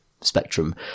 spectrum